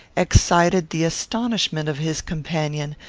excited the astonishment of his companion,